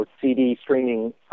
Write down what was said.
CD-streaming